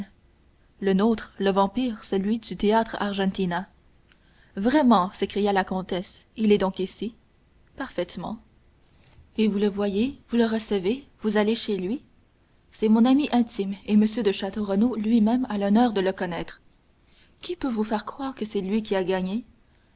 le nôtre le vampire celui du théâtre argentina vraiment s'écria la comtesse il est donc ici parfaitement et vous le voyez vous le recevez vous allez chez lui c'est mon ami intime et m de château renaud lui-même a l'honneur de le connaître qui peut vous faire croire que c'est lui qui a gagné